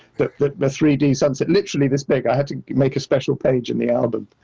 the the three d sunset, literally this big, i had to make a special page in the album.